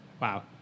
Wow